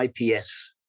IPS